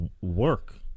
work